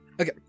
Okay